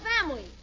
family